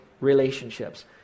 relationships